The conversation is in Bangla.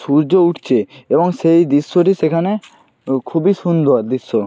সূর্য উঠছে এবং সেই দৃশ্যটি সেখানে খুবই সুন্দর দৃশ্য